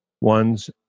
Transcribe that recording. one's